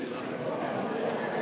hvala.